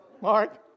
Mark